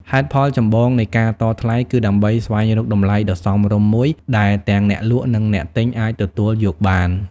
ហេតុផលចម្បងនៃការតថ្លៃ គឺដើម្បីស្វែងរកតម្លៃដ៏សមរម្យមួយដែលទាំងអ្នកលក់ និងអ្នកទិញអាចទទួលយកបាន។